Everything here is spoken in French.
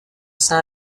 sein